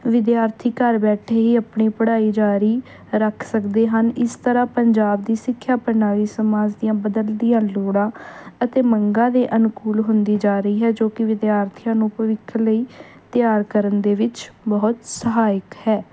ਵਿਦਿਆਰਥੀ ਘਰ ਬੈਠੇ ਹੀ ਆਪਣੀ ਪੜ੍ਹਾਈ ਜਾਰੀ ਰੱਖ ਸਕਦੇ ਹਨ ਇਸ ਤਰ੍ਹਾਂ ਪੰਜਾਬ ਦੀ ਸਿੱਖਿਆ ਪ੍ਰਣਾਲੀ ਸਮਾਜ ਦੀਆਂ ਬਦਲਦੀਆਂ ਲੋੜਾਂ ਅਤੇ ਮੰਗਾਂ ਦੇ ਅਨੁਕੂਲ ਹੁੰਦੀ ਜਾ ਰਹੀ ਹੈ ਜੋ ਕਿ ਵਿਦਿਆਰਥੀਆਂ ਨੂੰ ਭਵਿੱਖ ਲਈ ਤਿਆਰ ਕਰਨ ਦੇ ਵਿੱਚ ਬਹੁਤ ਸਹਾਇਕ ਹੈ